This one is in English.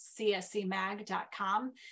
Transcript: cscmag.com